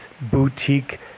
boutique